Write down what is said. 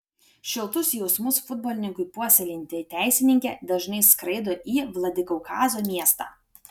šiltus jausmus futbolininkui puoselėjanti teisininkė dažnai skraido į vladikaukazo miestą